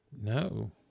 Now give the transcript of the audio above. No